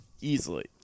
Easily